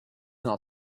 not